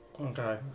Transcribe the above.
Okay